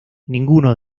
ninguno